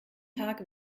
tag